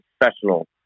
professional